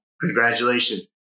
congratulations